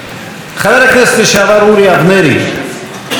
חבר הכנסת לשעבר אורי אבנרי היה איש